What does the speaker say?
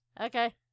Okay